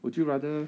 would you rather